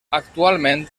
actualment